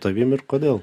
tavim ir kodėl